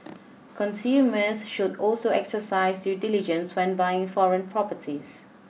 consumers should also exercise due diligence when buying foreign properties